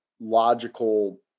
logical